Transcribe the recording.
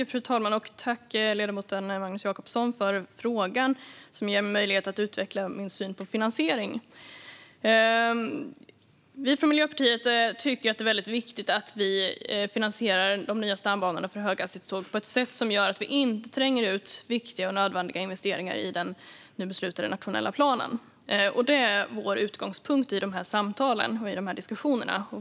Fru talman! Tack, ledamoten Magnus Jacobsson, för frågan, som ger mig möjlighet utveckla min syn på finansiering! Vi från Miljöpartiet tycker att det är viktigt att vi finansierar de nya stambanorna för höghastighetståg på ett sätt som gör att vi inte tränger ut viktiga och nödvändiga investeringar i den nu beslutade nationella planen. Detta är vår utgångspunkt i samtalen och diskussionerna.